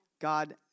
God